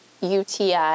UTI